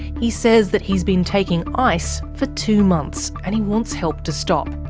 he says that he's been taking ice for two months, and he wants help to stop.